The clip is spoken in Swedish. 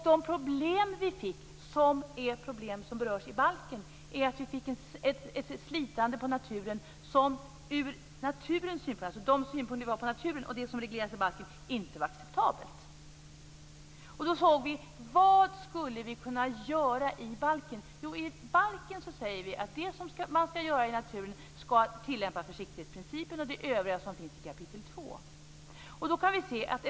De problem vi fick, som är problem som berörs i balken, är att vi fick ett slitande på naturen som inte var acceptabelt med tanke på de synpunkter vi har på naturen och det som regleras i balken. Då tittade vi på vad vi skulle kunna göra i balken. Där säger vi att man i naturen ska tillämpa försiktighetsprincipen. Det övriga finns i kapitel 2.